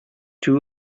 too